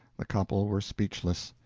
the couple were speechless,